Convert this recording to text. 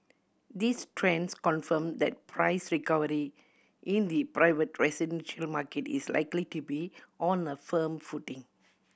these trends confirm that price recovery in the private residential market is likely to be on a firm footing